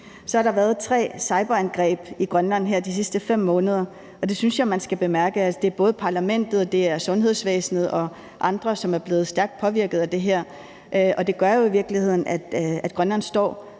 Så har der været tre cyberangreb i Grønland her de sidste 5 måneder, og der synes jeg, man skal bemærke, at det både er parlamentet, sundhedsvæsenet og andre, som er blevet stærkt påvirket af det her. Og det gør jo i virkeligheden, at Grønland står